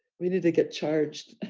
we didn't get charged.